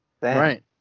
Right